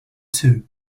two